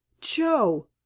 Joe